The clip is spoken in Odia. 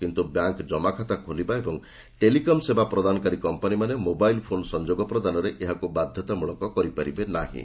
କିନ୍ତୁ ବ୍ୟାଙ୍କ୍ ଜମାଖାତା ଖୋଲିବା ଏବଂ ଟେଲିକମ୍ ସେବା ପ୍ରଦାନକାରୀ କମ୍ପାନୀମାନେ ମୋବାଇଲ୍ ଫୋନ୍ ସଂଯୋଗ ପ୍ରଦାନରେ ଏହାକୁ ବାଧ୍ୟତାମ୍ରଳକ କରିପାରିବେ ନାହିଁ